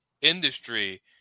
industry